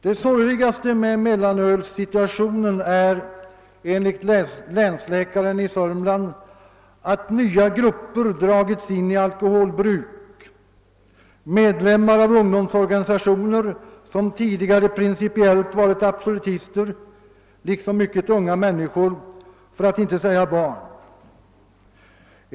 Det sorgligaste med mellanölssituationen är enligt länsläkaren i Sörmland att nya grupper dragits in i alkoholbruk, medlemmar av ungdomsorganisationer, personer som tidigare principiellt varit absolutister liksom mycket unga människor, för att inte säga barn.